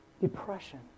Depression